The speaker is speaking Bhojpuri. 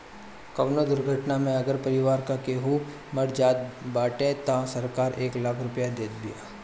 कवनो दुर्घटना में अगर परिवार के केहू मर जात बाटे तअ सरकार एक लाख रुपिया देत बिया